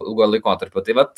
ilgo laikotarpio tai vat